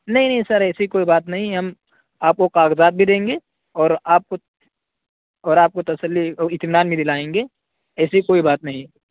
نہیں نہیں سر ایسی کوئی بات نہیں ہم آپ کو کاغذات بھی دیں گے اور آپ کو اور آپ کو تسلی او اطمینان بھی دلائیں گے ایسی کوئی بات نہیں